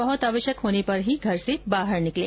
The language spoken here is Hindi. बहुत आवश्यक होने पर ही घर से बाहर निकलें